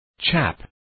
Chap